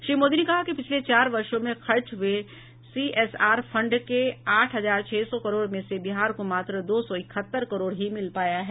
श्री मोदी ने कहा कि पिछले चार वर्षों में खर्च हुए सीएसआर फंड के आठ हजार छह सौ करोड़ में से बिहार को मात्र दो सौ इक्हत्तर करोड़ ही मिल पाया है